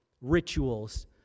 rituals